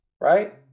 right